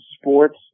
sports